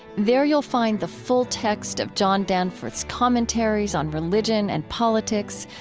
there you'll find the full text of john danforth's commentaries on religion and politics.